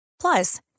Plus